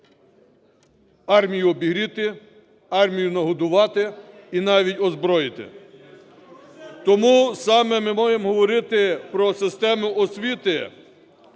армію обігріти, армію нагодувати і навіть озброїти. Тому саме ми можемо говорити про систему освіти,